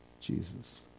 Jesus